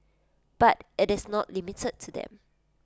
but IT is not limited to them